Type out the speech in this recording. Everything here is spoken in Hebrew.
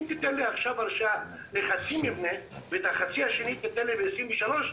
אם תיתן לי עכשיו הרשאה לחצי מבנה ואת החצי השני תיתן לי ב-2023,